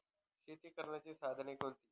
शेती करण्याची साधने कोणती?